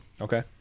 Okay